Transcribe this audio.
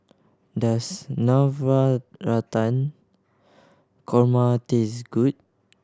does Navratan Korma taste good